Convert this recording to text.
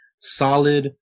solid